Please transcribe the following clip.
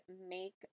make